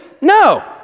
no